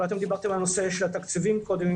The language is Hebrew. ואתם דיברתם על נושא של התקציבים קודם,